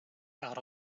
out